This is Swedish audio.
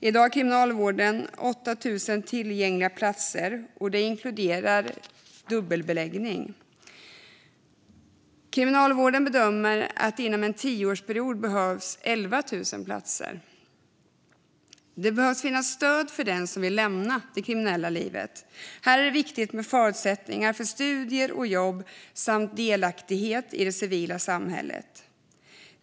I dag har Kriminalvården 8 000 tillgängliga platser, och det inkluderar dubbelbeläggning. Kriminalvården bedömer att det inom en tioårsperiod behövs 11 000 platser. Det behöver finnas stöd för den som vill lämna det kriminella livet. Här är det viktigt med förutsättningar för studier och jobb samt delaktighet i det civila samhället.